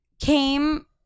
came